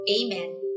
amen